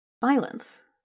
violence